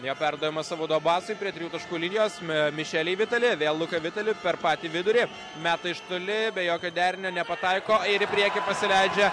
jo perdavimas abudu abasui prie trijų taškų linijos mišelei vitali vėl luka vitali per patį vidurį meta iš toli be jokio derinio nepataiko ir į priekį pasileidžia